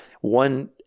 one